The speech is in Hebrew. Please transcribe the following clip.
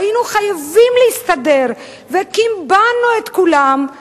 והיינו חייבים להסתדר וקימבנו את כולם,